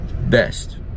best